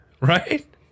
right